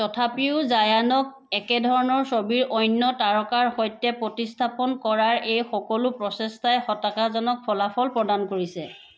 তথাপিও জায়ানক একেধৰণৰ ছবিৰ অন্য তাৰকাৰ সৈতে প্ৰতিস্থাপন কৰাৰ এই সকলো প্ৰচেষ্টাই হতাশাজনক ফলাফল প্ৰদান কৰিছে